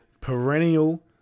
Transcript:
perennial